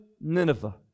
Nineveh